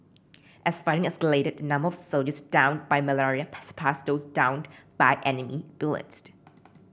as fighting escalated the number of soldiers downed by malaria surpassed those downed by enemy bullets